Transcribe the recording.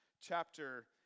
chapter